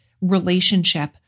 relationship